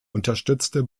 unterstützte